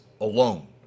alone